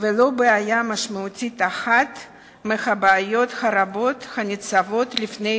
ולו בעיה משמעותית אחת מהבעיות הרבות הניצבות בפני